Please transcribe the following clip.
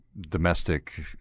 domestic